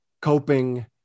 coping